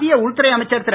மத்திய உள்துறை அமைச்சர் திரு